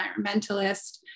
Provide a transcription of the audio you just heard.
environmentalist